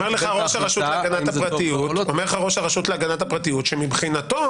לך ראש הרשות להגנת הפרטיות שמבחינתו,